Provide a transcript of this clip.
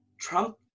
Trump